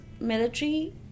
military